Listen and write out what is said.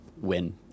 win